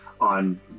on